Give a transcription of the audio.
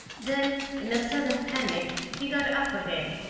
then, in a sudden panic, he got up again.